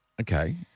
Okay